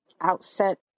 outset